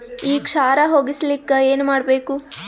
ಈ ಕ್ಷಾರ ಹೋಗಸಲಿಕ್ಕ ಏನ ಮಾಡಬೇಕು?